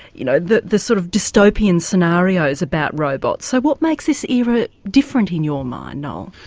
you know, the the sort of dystopian scenarios about robots. so what makes this era different in your mind, noel?